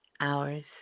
hours